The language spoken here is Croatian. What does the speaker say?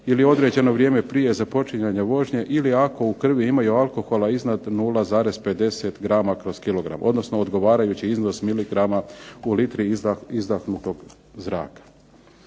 ili određeno vrijeme prije započinjanja vožnje ili ako u krvi imaju alkohola iznad 0,50 g/kg, odnosno odgovarajući iznos miligrama u litri izdahnutog zraka.